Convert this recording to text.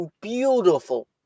beautiful